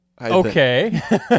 Okay